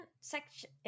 section